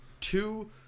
two